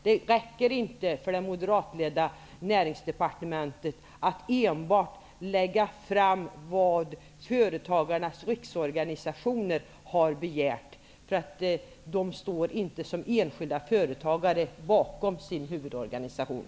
Det räcker inte för det moderatledda Näringsdepartementet att enbart lägga fram vad företagarnas riksorganisationer har begärt, för som enskilda företagare står de inte bakom sin huvudorganisation.